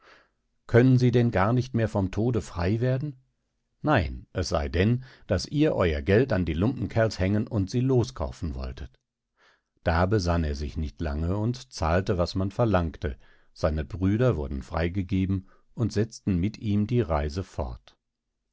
können sie denn gar nicht mehr vom tode frei werden nein es sey denn daß ihr euer geld an die lumpenkerls hängen und sie loskaufen wolltet da besann er sich nicht lange und zahlte was man verlangte seine brüder wurden freigegeben und setzten mit ihm die reise fort